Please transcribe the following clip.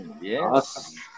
Yes